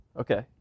Okay